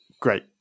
Great